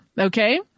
Okay